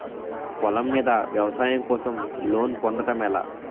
పొలం మీద వ్యవసాయం కోసం లోన్ పొందటం ఎలా?